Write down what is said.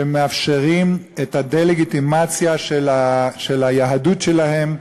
שמאפשרים את הדה-לגיטימציה של היהדות שלהם,